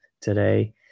today